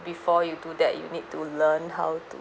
before you do that you need to learn how to